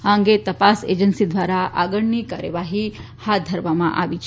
આ અંગે તપાસ એજન્સી ધ્વારા આગળની કાર્યવાહી હાથ ધરવામાં આવી છે